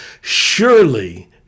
surely